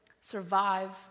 survive